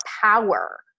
power